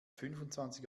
fünfundzwanzig